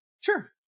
Sure